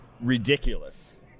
Ridiculous